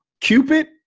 Cupid